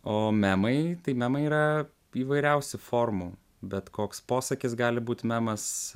o memai tai memai yra įvairiausių formų bet koks posakis gali būt memas